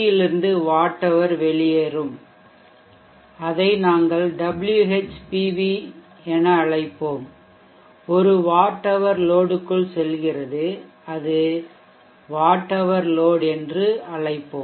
யில் இருந்து watt hour வெளியேறும் அதை நாங்கள் WhPV ஆக அழைப்போம் ஒரு வாட் ஹவர் லோடுக்குள் செல்கிறது அதை வாட் ஹவர் லோட் என்று அழைப்போம்